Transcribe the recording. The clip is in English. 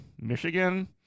michigan